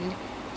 okay